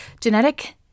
Genetic